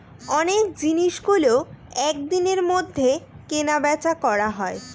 অনেক জিনিসগুলো এক দিনের মধ্যে কেনা বেচা করা হয়